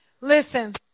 listen